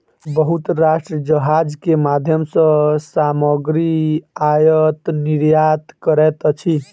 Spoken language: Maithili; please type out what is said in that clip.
बहुत राष्ट्र जहाज के माध्यम सॅ सामग्री आयत निर्यात करैत अछि